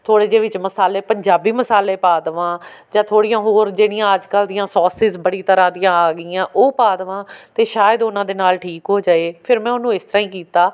ਥੋੜ੍ਹੇ ਜਿਹੇ ਵਿੱਚ ਮਸਾਲੇ ਪੰਜਾਬੀ ਮਸਾਲੇ ਪਾ ਦਵਾਂ ਜਾਂ ਥੋੜ੍ਹੀਆਂ ਹੋਰ ਜਿਹੜੀਆਂ ਅੱਜ ਕੱਲ੍ਹ ਦੀਆਂ ਸੋਸਿਸ ਬੜੀ ਤਰ੍ਹਾਂ ਦੀਆਂ ਆ ਗਈਆਂ ਉਹ ਪਾ ਦਵਾਂ ਤਾਂ ਸ਼ਾਇਦ ਉਹਨਾਂ ਦੇ ਨਾਲ ਠੀਕ ਹੋ ਜਾਵੇ ਫਿਰ ਮੈਂ ਉਹਨੂੰ ਇਸ ਤਰ੍ਹਾਂ ਹੀ ਕੀਤਾ